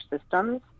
systems